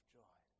joy